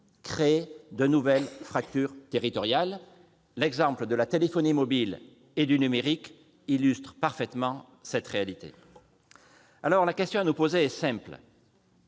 créé de nouvelles fractures territoriales. Les exemples de la téléphonie mobile et du numérique illustrent parfaitement cette réalité. La question que nous devons nous poser est simple